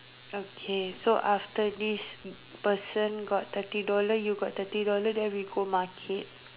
okay so after this person got thirty dollar you got thirty dollar then we go market